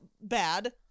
bad